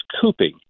cooping